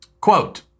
Quote